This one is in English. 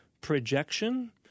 projection